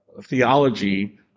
theology